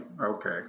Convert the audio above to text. okay